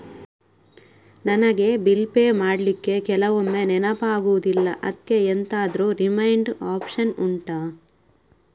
ನನಗೆ bill pay ಮಾಡ್ಲಿಕ್ಕೆ ಕೆಲವೊಮ್ಮೆ ನೆನಪಾಗುದಿಲ್ಲ ಅದ್ಕೆ ಎಂತಾದ್ರೂ ರಿಮೈಂಡ್ ಒಪ್ಶನ್ ಉಂಟಾ